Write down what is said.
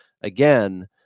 again